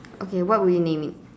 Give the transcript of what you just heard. okay what would you name it